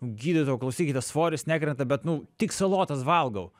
gydytojau klausykite svoris nekrenta bet nu tik salotas valgau